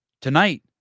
Tonight